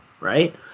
right